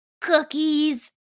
cookies